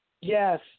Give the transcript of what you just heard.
yes